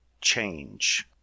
change